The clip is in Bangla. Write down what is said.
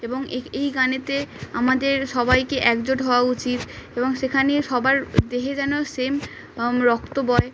এবং এই এই গানেতে আমাদের সবাইকে একজোট হওয়া উচিত এবং সেখানে সবার দেহে যেন সেম রক্ত বয়